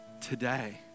today